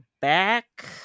back